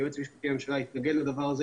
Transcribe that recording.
היועץ המשפטי לממשלה התנגד לזה.